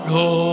go